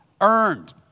earned